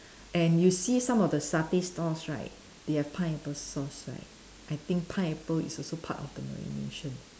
and you see some of the satay stores right they have pineapple sauce right I think pineapple is also part of the marination